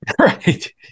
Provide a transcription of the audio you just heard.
Right